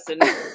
person